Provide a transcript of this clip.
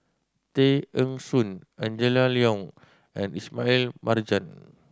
Tay Eng Soon Angela Liong and Ismail Marjan